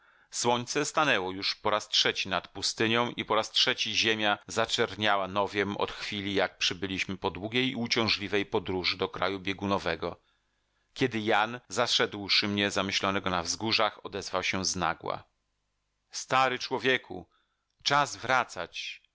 słońce stanęło już po raz trzeci nad pustynią i po raz trzeci ziemia zczerniała nowiem od chwili jak przybyliśmy po długiej i uciążliwej podróży do kraju biegunowego kiedy jan zaszedłszy mnie zamyślonego na wzgórzach odezwał się znagła stary człowieku czas wracać